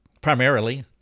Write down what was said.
primarily